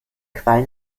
quallen